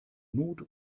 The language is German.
not